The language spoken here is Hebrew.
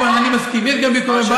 כמובן, אני מסכים, יש גם ביקורי בית.